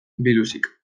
biluzik